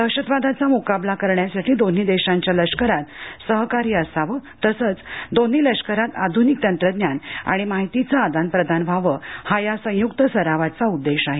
दहशतवादचा मुकाबला करण्यासाठी दोन्ही देशांच्या लष्करात सहकार्य असावं तसच दोन्ही लष्करात आधूनिक तंत्रज्ञान आणि माहिती च आदान प्रदान व्हाव हा या संयुक्त सरवाचा उद्देश आहे